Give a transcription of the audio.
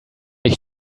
ich